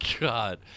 god